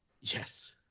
yes